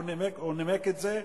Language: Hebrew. הוא נימק את זה.